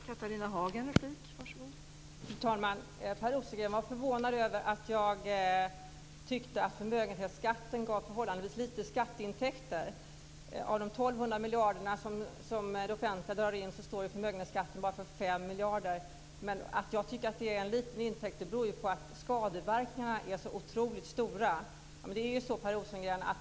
Fru talman! Per Rosengren var förvånad över att jag tyckte att förmögenhetsskatten gav förhållandevis lite skatteintäkter. Av de 1 200 miljarderna som det offentliga drar in står förmögenhetsskatten för bara 5 miljarder. Att jag tycker att det är en liten intäkt beror på att skadeverkningarna är så otroligt stora.